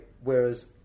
whereas